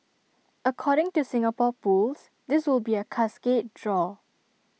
according to Singapore pools this will be A cascade draw